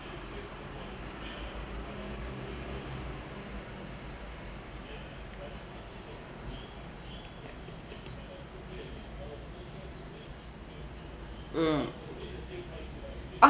mm